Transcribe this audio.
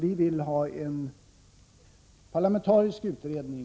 Vi vill ha en parlamentarisk utredning.